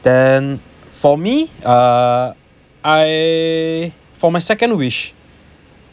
then for me err I for my second wish